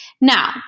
Now